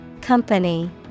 Company